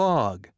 Log